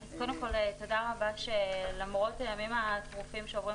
קודם כל תודה רבה שלמרות הימים הטרופים שעוברים